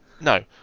No